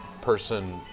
person